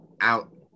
out